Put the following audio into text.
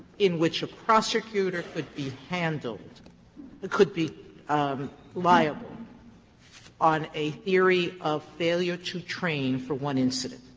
in which a prosecutor could be handled ah could be um liable on a theory of failure to train for one incident.